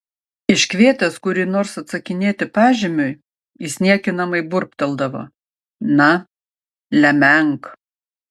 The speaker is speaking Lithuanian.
iškvietęs kurį nors atsakinėti pažymiui jis niekinamai burbteldavo na lemenk